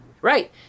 Right